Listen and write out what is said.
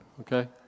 okay